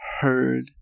heard